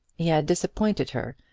he had disappointed her,